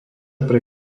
pre